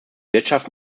wirtschaft